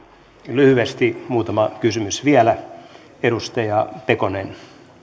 lyhyesti muutama kysymys vielä edustaja pekonen